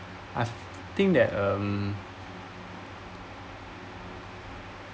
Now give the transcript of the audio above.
I've think that um